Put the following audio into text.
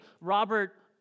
Robert